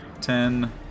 ten